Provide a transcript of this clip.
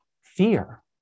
fear